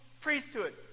priesthood